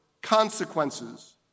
consequences